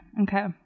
Okay